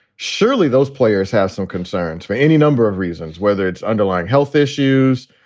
surely those players have some concerns for any number of reasons, whether it's underlying health issues,